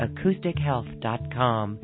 AcousticHealth.com